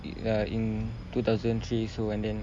ya in two thousand three so and then